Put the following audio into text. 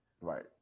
Right